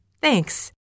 Thanks